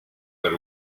per